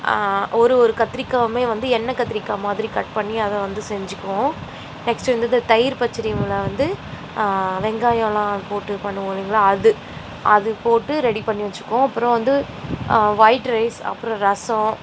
ஒரு ஒரு கத்திரிக்காயுமே வந்து எண்ணெய் கத்திரிக்காய் மாதிரி கட் பண்ணி அதை வந்து செஞ்சுக்குவோம் நெக்ஸ்ட்டு வந்து இந்த தயிர் பச்சடியிலா வந்து வெங்காயலாம் போட்டு பண்ணுவோம் இல்லைங்களா அது அது போட்டு ரெடி பண்ணி வெச்சுக்குவோம் அப்புறம் வந்து ஒயிட் ரைஸ் அப்புறம் ரசம்